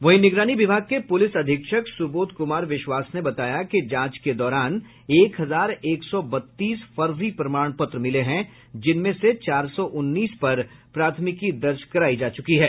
वहीं निगरानी विभाग के पुलिस अधीक्षक सुबोध कुमार विश्वास ने बताया कि जांच के दौरान एक हजार एक सौ बत्तीस फर्जी प्रमाण पत्र मिले हैं जिनमें से चार सौ उन्नीस पर प्राथमिकी दर्ज करायी जा चुका है